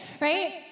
right